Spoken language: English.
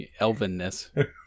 elvenness